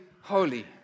holy